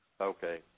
Okay